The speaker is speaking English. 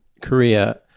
Korea